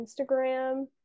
Instagram